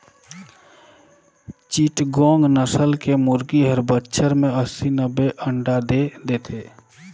चिटगोंग नसल के मुरगी हर बच्छर में अस्सी, नब्बे अंडा दे देथे